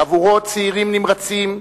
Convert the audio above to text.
חבורות צעירים נמרצים,